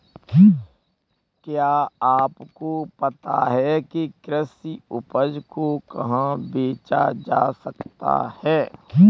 क्या आपको पता है कि कृषि उपज को कहाँ बेचा जा सकता है?